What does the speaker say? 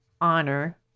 honor